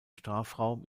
strafraum